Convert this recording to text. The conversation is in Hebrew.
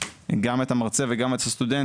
גם את המרצה וגם את הסטודנט,